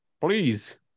Please